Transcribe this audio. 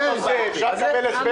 אפשר לקבל הסבר